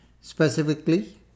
Specifically